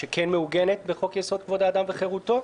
שכן מעוגנת בחוק יסוד: כבוד האדם וחירותו.